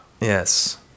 Yes